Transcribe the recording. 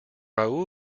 raoul